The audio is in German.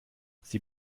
sie